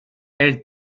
elle